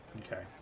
Okay